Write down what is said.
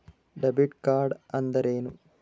Debit ಕಾರ್ಡ್ಅಂದರೇನು?